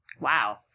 Wow